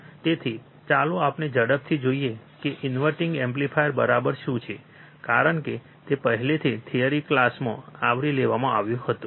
તેથી ચાલો આપણે ઝડપથી જોઈએ કે ઇન્વર્ટીંગ એમ્પ્લીફાયર બરાબર શું છે કારણ કે તે પહેલાથી થિયરી ક્લાસમાં આવરી લેવામાં આવ્યું હતું